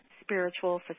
spiritual